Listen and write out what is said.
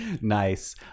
Nice